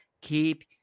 keep